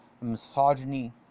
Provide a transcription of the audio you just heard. Misogyny